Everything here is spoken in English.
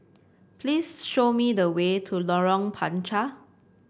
please show me the way to Lorong Panchar